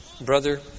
Brother